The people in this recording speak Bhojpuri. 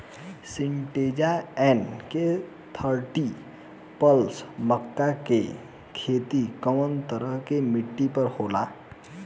सिंजेंटा एन.के थर्टी प्लस मक्का के के खेती कवना तरह के मिट्टी पर होला?